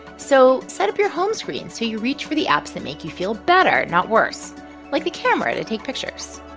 so set up your home screen so you reach for the apps that make you feel better, not worse like the camera to take pictures.